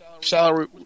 salary